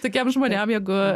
tokiem žmonėm jeigu